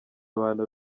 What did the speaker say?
abantu